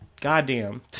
Goddamn